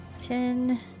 Ten